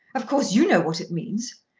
of course you know what it means.